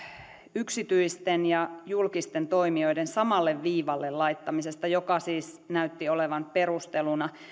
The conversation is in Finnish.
yksityisten ja julkisten toimijoiden samalle viivalle laittamisesta joka siis näytti olevan perusteluna